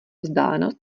vzdálenost